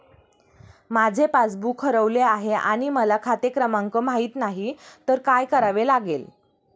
माझे पासबूक हरवले आहे आणि मला खाते क्रमांक माहित नाही तर काय करावे लागेल?